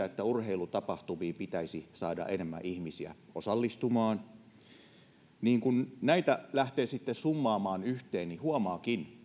että urheilutapahtumiin pitäisi saada enemmän ihmisiä osallistumaan kun näitä lähtee sitten summaamaan yhteen niin huomaakin